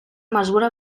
mesura